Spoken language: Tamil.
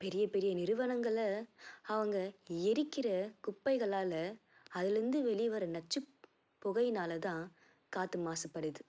பெரிய பெரிய நிறுவனங்களை அவங்க எரிக்கிற குப்பைகளால் அதிலருந்து வெளிவர நச்சு புகையினால்தான் காற்று மாசுபடுது